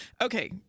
okay